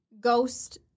ghost